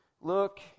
look